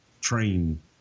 train